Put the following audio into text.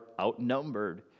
outnumbered